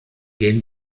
gehen